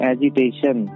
Agitation